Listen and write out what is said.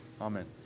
Amen